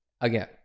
again